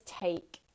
take